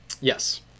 Yes